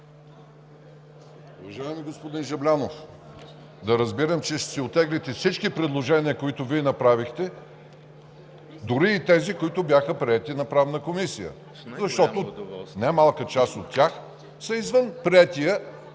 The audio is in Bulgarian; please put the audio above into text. Уважаеми господин Жаблянов, да разбирам, че ще си оттеглите всички предложения, които Вие направихте, дори и тези, които бяха приети от Правната комисия, защото немалка част от тях са извън приетия